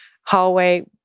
hallway